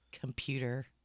computer